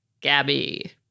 Gabby